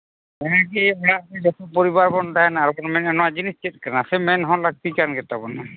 ᱚᱱᱟᱜᱮ ᱚᱲᱟᱜ ᱨᱮ ᱡᱚᱛᱚ ᱯᱚᱨᱤᱵᱟᱨ ᱵᱚᱱ ᱛᱟᱦᱮᱱᱟ ᱟᱨ ᱱᱚᱣᱟ ᱡᱤᱱᱤᱥ ᱪᱮᱫ ᱠᱟᱱᱟ ᱥᱮ ᱢᱮᱱ ᱦᱚᱸ ᱞᱟᱹᱠᱛᱤ ᱠᱟᱱ ᱛᱟᱵᱚᱱᱟ